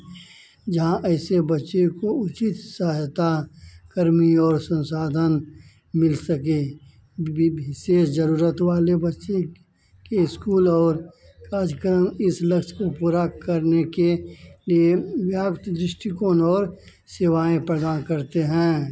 जहाँ ऐसे बच्चे को उचित सहायता कर्मी और संसाधन मिल सकें विशेष ज़रूरत वाले बच्चे के स्कूल और कार्यक्रम इस लक्ष्य को पूरा करने के लिए व्यापत दृष्टिकोण और सेवाएँ प्रदान करते हैं